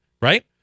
right